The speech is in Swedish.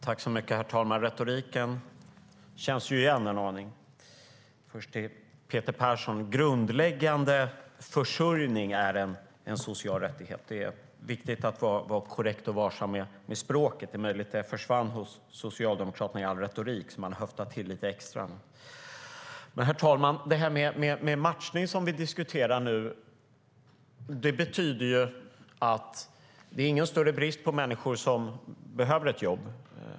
Herr talman! Retoriken känns igen. Jag ska först vända mig till Peter Persson. Grundläggande försörjning är en social rättighet. Det är viktigt att vara korrekt och varsam med språket. Det är möjligt att det försvann hos Socialdemokraterna i all retorik och att de höftade till lite extra. Herr talman! Nu diskuterar vi matchning. Det är ingen större brist på människor som behöver ett jobb.